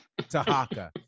Tahaka